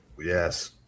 yes